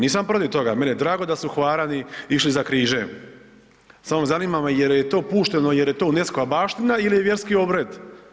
Nisam protiv toga, meni je drago da su Hvarani išli za križem, samo zanima me jel je to pušteno jer je to UNESCO-va baština ili vjerski obred.